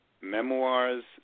memoirs